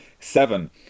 seven